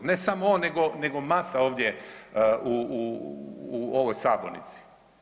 I ne samo on, nego masa ovdje u ovoj sabornici.